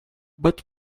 but